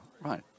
right